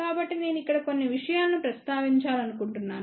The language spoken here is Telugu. కాబట్టి నేను ఇక్కడ కొన్ని విషయాలను ప్రస్తావించాలనుకుంటున్నాను